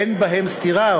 אין ביניהם סתירה,